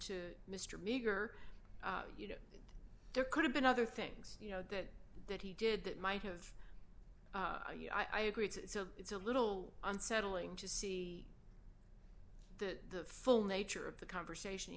to mr meager you know there could have been other things you know that that he did that might have i agree it's a it's a little unsettling to see the full nature of the conversation he